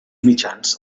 mitjans